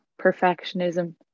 perfectionism